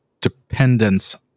dependence